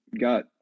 got